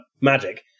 magic